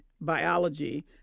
biology